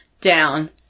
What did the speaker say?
down